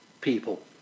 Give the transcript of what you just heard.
people